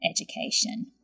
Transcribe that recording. education